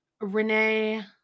Renee